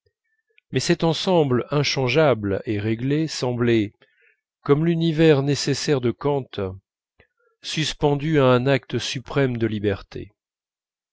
mais cet ensemble inchangeable et réglé semblait comme l'univers nécessaire de kant suspendu à un acte suprême de liberté